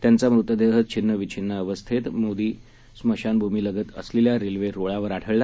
त्यांचा मृतदेह छिन्ह विच्छिन्न अवस्थेत मोदी स्मशानभूमीलगत असलेल्या रेल्वे रुळावर आढळला